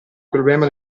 problema